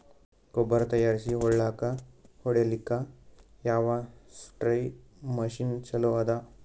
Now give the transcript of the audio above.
ಗೊಬ್ಬರ ತಯಾರಿಸಿ ಹೊಳ್ಳಕ ಹೊಡೇಲ್ಲಿಕ ಯಾವ ಸ್ಪ್ರಯ್ ಮಷಿನ್ ಚಲೋ ಅದ?